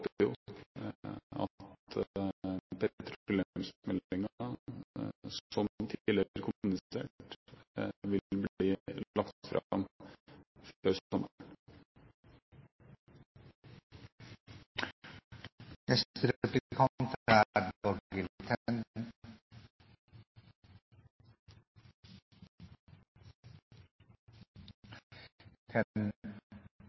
jo at petroleumsmeldingen, som tidligere kommunisert, vil bli lagt